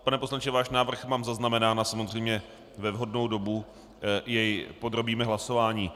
Pane poslanče, váš návrh mám zaznamenán a samozřejmě jej ve vhodnou dobu podrobíme hlasování.